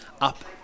up